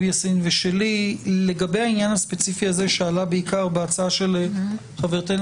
יאסין ושלי לגבי העניין הספציפי הזה שעלה בעיקר בהצעה של חברתנו,